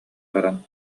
баран